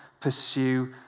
pursue